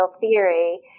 theory